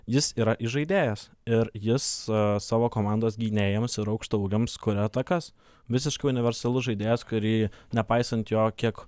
jis yra įžaidėjas ir jis savo komandos gynėjams ir aukštaūgiams kuria atakas visiškai universalus žaidėjas kurį nepaisant jo kiek